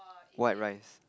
white rice